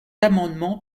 amendement